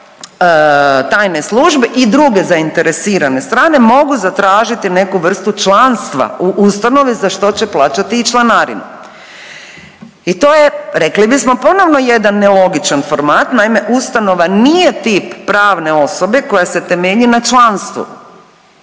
strane tajne službe i druge zainteresirane strane mogu zatražiti neku vrstu članstva u ustanovi za što će plaćati i članarinu. I to je rekli bismo ponovno jedan nelogičan format, naime ustanova nije tip pravne osobe koja se temelji na članstvu,